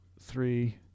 three